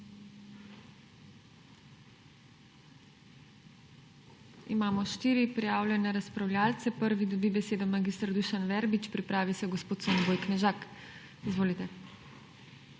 Imamo štiri prijavljene razpravljavce. Pri dobi besedo mag. Dušan Verbič, pripravi se gospod Soniboj Knežak. Izvolite.